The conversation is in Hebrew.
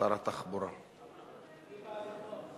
שר התחבורה, אדוני היושב-ראש,